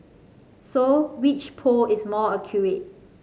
so which poll is more accurate